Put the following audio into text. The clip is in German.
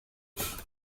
durch